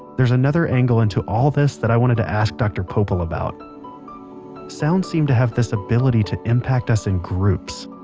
there's another angle into all this that i wanted to ask dr. poeppel about sounds seem to have this ability to impact us in groups.